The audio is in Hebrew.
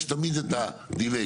יש תמיד את הדיליי,